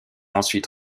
ensuite